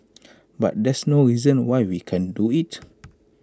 but there's no reason why we can't do IT